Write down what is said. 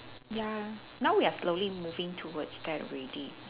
ya now we are slowly moving towards that already